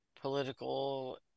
political